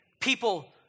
people